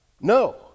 No